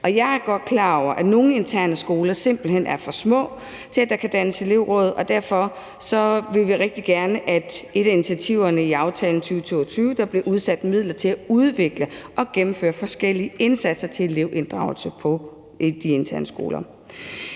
Jeg er godt klar over, at nogle interne skoler simpelt hen er for små til, at der kan dannes elevråd, og derfor vil vi rigtig gerne have, at et af initiativerne i aftalen fra 2022 betyder, at der bliver afsat midler til at udvikle og gennemføre forskellige indsatser til elevinddragelse på de interne skoler.